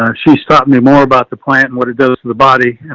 um she stopped me more about the plant and what it does to the body. and